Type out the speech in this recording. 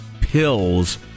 pills